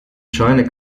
china